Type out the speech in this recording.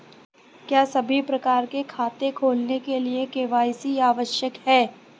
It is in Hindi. क्या सभी प्रकार के खाते खोलने के लिए के.वाई.सी आवश्यक है?